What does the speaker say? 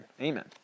Amen